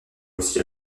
aussi